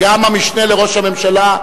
גם המשנה לראש הממשלה,